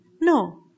No